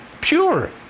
Pure